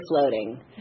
floating